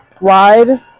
Wide